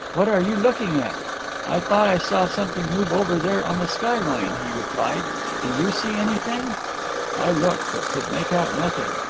what are you looking at i thought i saw something move over there on the skyline he replied do you see anything i looked, but could make out nothing.